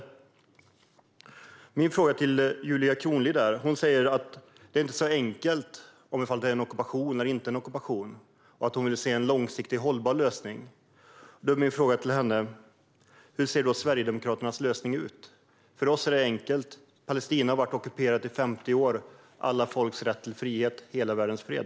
Julia Kronlid säger att frågan inte är så enkel att den bara handlar om huruvida det är en ockupation eller inte och att hon vill se en långsiktig, hållbar lösning. Då är min fråga till henne: Hur ser då Sverigedemokraternas lösning ut? För oss är det enkelt: Palestina har varit ockuperat i 50 år. Alla folks rätt till frihet - hela världens fred.